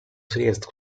средств